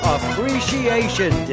Appreciation